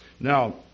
Now